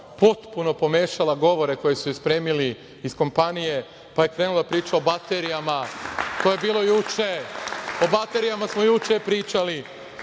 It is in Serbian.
potpuno pomešala govore koje su joj spremili iz kompanije, pa je krenula da priča o baterijama, to je bilo juče, o baterijama smo juče pričali.